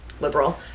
liberal